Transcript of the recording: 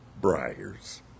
briars